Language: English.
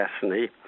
destiny